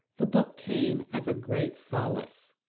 the book came as a great solace.